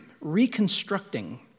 reconstructing